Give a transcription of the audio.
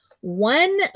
one